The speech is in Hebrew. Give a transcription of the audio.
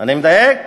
אני מדייק?